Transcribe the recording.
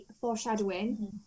foreshadowing